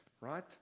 Right